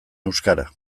euskara